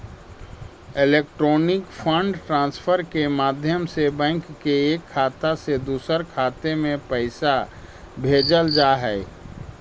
electronic fund transfer के माध्यम से बैंक के एक खाता से दूसर खाते में पैइसा भेजल जा हइ